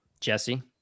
Jesse